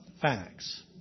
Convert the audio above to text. facts